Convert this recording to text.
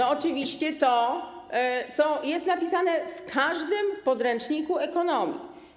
Oczywiście to, co jest napisane w każdym podręczniku ekonomii.